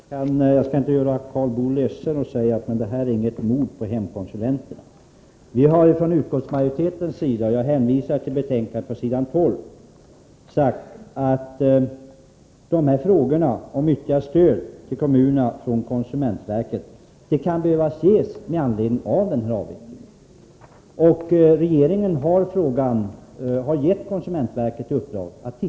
Herr talman! Jag skall inte göra Karl Boo ledsen genom att säga att det inte är fråga om något mord på hemkonsulenterna. Vi har från utskottsmajoritetens sida dock sagt på s. 12i betänkandet att ytterligare stöd till kommunerna från konsumentverket kan behöva ges med anledning av avvecklingen. Regeringen har givit konsumentverket i uppdrag att undersöka hithörande frågor. Om man finner att ytterligare stöd skulle behöva ges, är regeringen också beredd att lämna det.